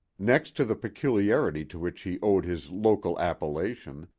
next to the peculiarity to which he owed his local appellation,